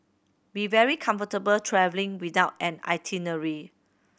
be very comfortable travelling without an itinerary